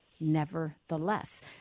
Nevertheless